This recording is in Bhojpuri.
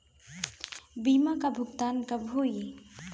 बीमा का भुगतान कब होइ?